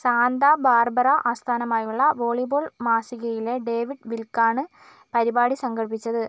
Santa Barbara ആസ്ഥാനമായുള്ള volleyball മാസികയിലെ David വിൽക്കാണ് പരിപാടി സംഘടിപ്പിച്ചത്